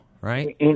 right